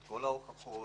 את ההוכחות,